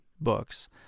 books